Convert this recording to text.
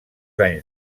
anys